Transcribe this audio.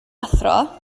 athro